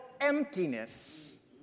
emptiness